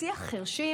שיח חירשים